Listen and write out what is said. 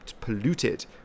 polluted